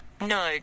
No